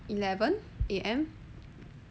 eleven a m